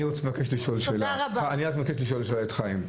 אני רק מבקש לשאול שאלה את חיים.